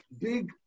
big